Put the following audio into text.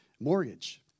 mortgage